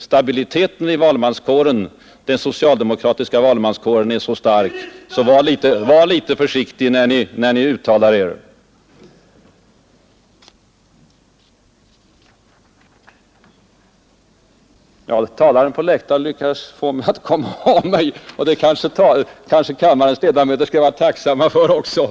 Stabiliteten i den socialdemokratiska valmanskåren är menar han så stark, att oppositionen bör vara försiktig när den uttalar sig om förtroendet för regeringen.